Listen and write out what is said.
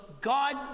God